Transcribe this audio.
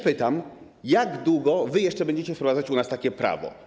Pytam: Jak długo jeszcze będziecie wprowadzać u nas takiego prawo?